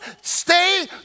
stay